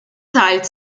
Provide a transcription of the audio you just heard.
teilt